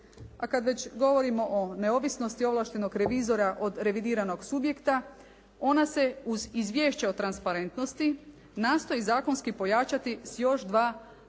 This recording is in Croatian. A kad već govorimo o neovisnosti ovlaštenog revizora od revidiranog subjekta ona se uz izvješće o transparentnosti nastoji zakonski pojačati s još dva zasebna,